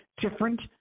different